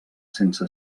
sense